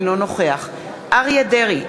אינו נוכח אריה דרעי,